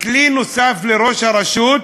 כלי נוסף לראש הרשות,